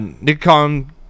Nikon